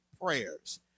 prayers